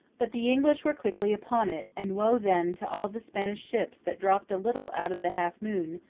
but the english were quickly upon it, and woe then to all the spanish ships that dropped a little out of the half moon,